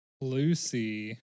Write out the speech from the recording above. Lucy